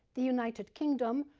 the united kingdom,